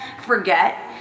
forget